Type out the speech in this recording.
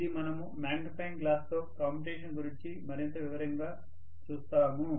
ఇది మనము మాగ్నిఫైయింగ్ గ్లాస్తో కమ్యుటేషన్ గురించి మరింత వివరంగా చూస్తాము